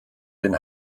den